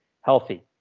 healthy